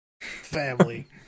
family